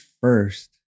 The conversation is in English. first